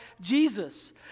Jesus